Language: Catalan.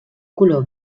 color